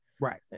right